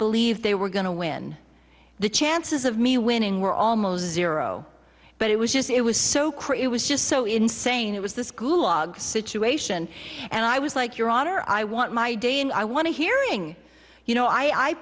believe they were going to win the chances of me winning were almost zero but it was just it was so crit was just so insane it was this gulag situation and i was like your honor i want my day and i want to hearing you know i